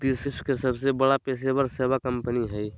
विश्व के सबसे बड़ा पेशेवर सेवा कंपनी हइ